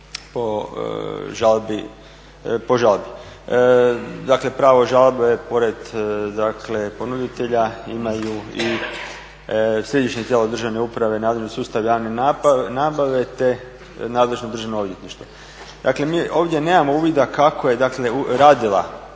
po žalbi. Dakle pravo žalbe pored ponuditelja imaju i središnja tijela državne uprave, nadležni sustav javne nabave te nadležno Državno odvjetništvo. Dakle mi ovdje nemamo uvida kako je radila